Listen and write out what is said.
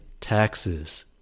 taxes